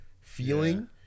feeling